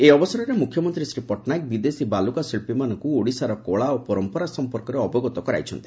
ଏହି ଅବସରରେ ମୁଖ୍ୟମନ୍ତୀ ଶ୍ରୀ ପଟ୍ଟନାୟକ ବିଦେଶୀ ବାଲୁକାଶିକ୍ରୀ ମାନଙ୍କୁ ଓଡ଼ିଶାର କଳା ଓ ପରମ୍ପରା ସମ୍ପର୍କରେ ଅବଗତ କରାଇଛନ୍ତି